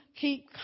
keep